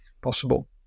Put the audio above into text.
possible